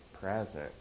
present